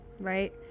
right